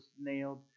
nailed